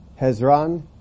Hezron